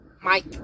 Mike